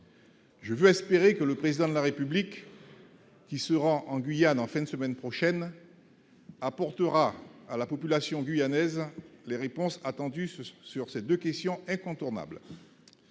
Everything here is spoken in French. je veux espérer que le président de la République, qui se rend en Guyane, en fin de semaine prochaine apportera à la population guyanaise, les réponses attendues ce sont sur ces 2 questions incontournables,